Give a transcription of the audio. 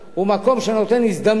הוא מקום שנותן הזדמנות